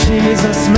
Jesus